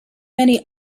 many